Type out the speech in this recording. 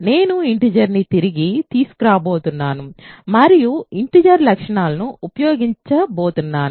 నేను ఇంటిజర్ ని తిరిగి తీసుకురాబోతున్నాను మరియు ఇంటిజర్ లక్షణాలను ఉపయోగించబోతున్నాను